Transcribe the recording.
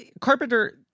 Carpenter